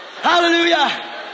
Hallelujah